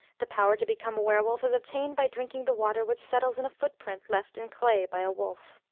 the power to become a were-wolf is obtained by drinking the water which settles in a foot-print left in clay by a wolf.